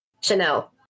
Chanel